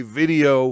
video